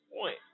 point